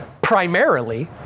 primarily